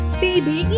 baby